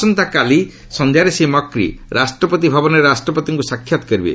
ଆସନ୍ତାକାଲି ସଂଧ୍ୟାରେ ଶ୍ରୀ ମକ୍ତି ରାଷ୍ଟ୍ରପତି ଭବନରେ ରାଷ୍ଟ୍ରପତିଙ୍କୁ ସାକ୍ଷାତ୍ କରିବେ